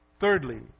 Thirdly